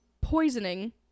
poisoning